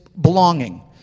belonging